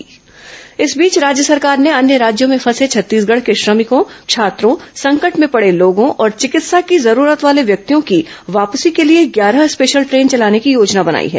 corona special train इस बीच राज्य सरकार ने अन्य राज्यों में फंसे छत्तीसगढ़ के श्रमिकों छात्रों संकट में पड़े लोगों और विकित्सा की जरूरत वाले व्यक्तियों की वापसी के लिए ग्यारह स्पेशल ट्रेन चलाने की योजना बनाई है